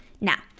Now